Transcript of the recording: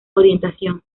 orientación